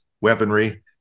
weaponry